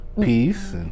peace